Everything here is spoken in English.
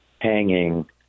hanging